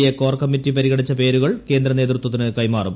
A core committee പരിഗണിച്ച പേരുകൾ ്കേന്ദ്ര നേതൃത്വത്തിന് കൈമാറും